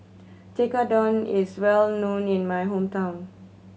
tekkadon is well known in my hometown